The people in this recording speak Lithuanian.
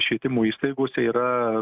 švietimo įstaigose yra